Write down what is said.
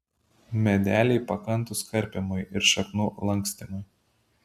medeliai pakantūs karpymui ir šakų lankstymui